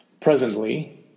Presently